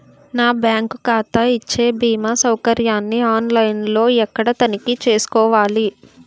నా బ్యాంకు ఖాతా ఇచ్చే భీమా సౌకర్యాన్ని ఆన్ లైన్ లో ఎక్కడ తనిఖీ చేసుకోవాలి?